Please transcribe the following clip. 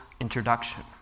introduction